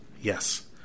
Yes